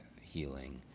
healing